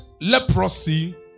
leprosy